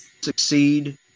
succeed